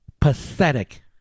Pathetic